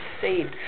saved